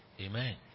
Amen